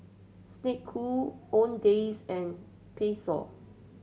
Snek Ku Owndays and Pezzo